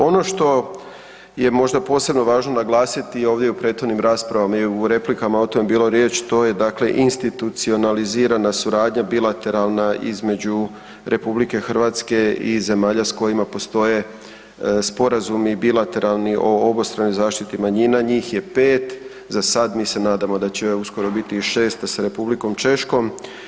Ono što je možda posebno važno naglasiti, ovdje u prethodnim raspravama i u replikama o tome bilo riječi, to je dakle institucionalizirana suradnja bilateralna između RH i zemalja s kojima postoje sporazumi bilateralni o obostranoj zaštiti manjina, njih je 5. Za sad, mi se nadamo da će uskoro biti i 6 sa R. Češkom.